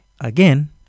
again